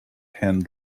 hand